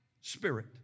spirit